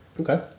Okay